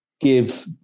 give